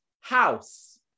house